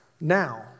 now